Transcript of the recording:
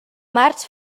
març